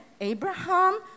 Abraham